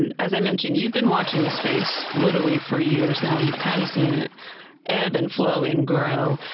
and as i mentioned, you've been watching this space literally for years now. you've kind of seen it ebb and flow and grow.